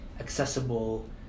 accessible